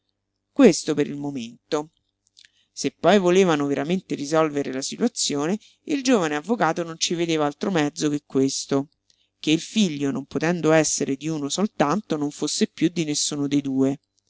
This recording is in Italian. questo per il momento se poi volevano veramente risolvere la situazione il giovane avvocato non ci vedeva altro mezzo che questo che il figlio non potendo essere di uno soltanto non fosse piú di nessuno dei due